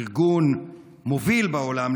ארגון מוביל בעולם,